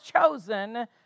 chosen